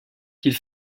qu’il